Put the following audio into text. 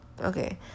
okay